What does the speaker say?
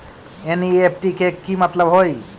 NEFT के कि मतलब होइ?